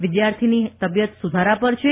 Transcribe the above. વિદ્યાર્થીની તબિયત સુધારા પર છે